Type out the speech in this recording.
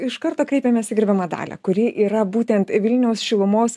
iš karto kreipiamės į gerbiamą dalią kuri yra būtent vilniaus šilumos